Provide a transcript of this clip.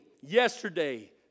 yesterday